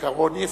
כעקרון יסוד.